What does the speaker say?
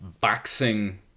boxing